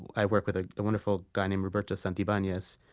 i work with a wonderful guy named roberto santibanez.